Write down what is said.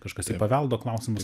kažkas į paveldo klausimus